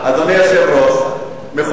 כי אני רואה פה,